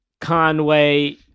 Conway